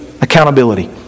Accountability